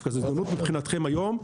דווקא זו הזדמנות מצדכם היום,